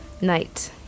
Night